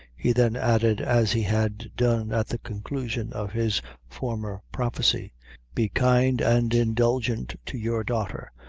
he then added, as he had done at the conclusion of his former prophecy be kind and indulgent to your daughter,